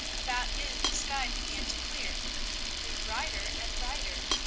about noon the sky began to clear it grew brighter and brighter.